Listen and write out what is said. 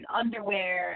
underwear